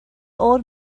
old